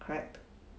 correct